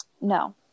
no